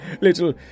Little